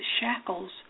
shackles